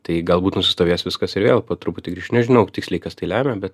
tai galbūt nusistovės viskas ir vėl po truputį grįš nežinau tiksliai kas tai lemia bet